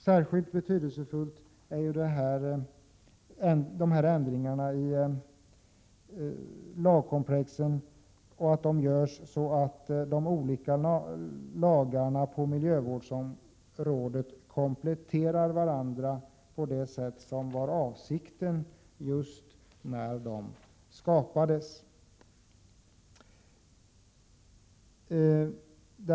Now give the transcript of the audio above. Särskilt betydelsefullt är det att ändringar i lagkomplexen görs så att de olika lagarna på miljövårdsområdet kompletterar varandra på det sätt som var avsikten när de skapades.